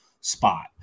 spot